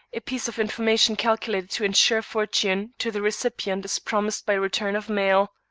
a piece of information calculated to insure fortune to the recipient is promised by return of mail.